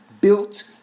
built